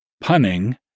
punning